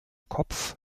kopf